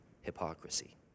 hypocrisy